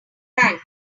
bank